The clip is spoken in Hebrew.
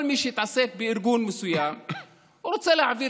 כל מי שהתעסק בארגון מסוים רוצה להעביר